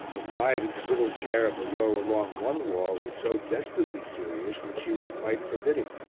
the bride in the middle chair of a row along one wall was so desperately serious that she was quite forbidding.